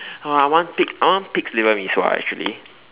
!wah! I want pig I want pig's liver mee-sua actually